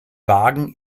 wagen